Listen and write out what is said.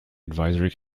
advisory